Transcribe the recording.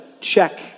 check